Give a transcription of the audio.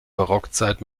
barockzeit